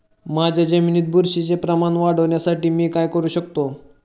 माझ्या जमिनीत बुरशीचे प्रमाण वाढवण्यासाठी मी काय करू शकतो?